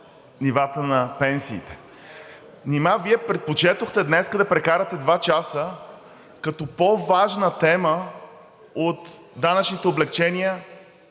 нивата на пенсиите? Нима Вие предпочетохте днес да прекарате два часа като по важна тема от данъчните облекчения